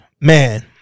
man